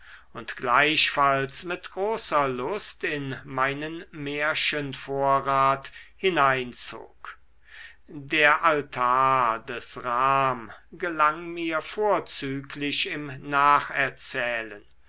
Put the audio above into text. und gleichfalls mit großer lust in meinen märchenvorrat hineinzog der altar des ram gelang mir vorzüglich im nacherzählen